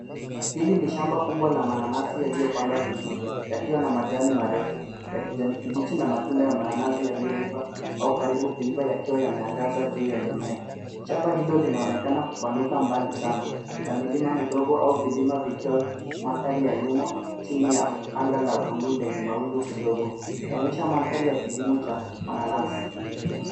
Hili ni shamba kubwa la mananasi, yaliyopandwa vizuri yakiwa na majani marefu ya kijani kibichi na matunda ya mananasi yaliyoiva au karibu kuiva yakiwa yameangaza juu ya mimea. Shamba hilo linaonekana kupanuka mbali sana na milima midogo au vilima vikiwa mandhari ya nyuma chini ya anga la buluu lenye mawingu kidogo. Inaonyesha mandhari ya kilimo cha mananasi.